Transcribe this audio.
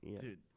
Dude